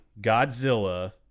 godzilla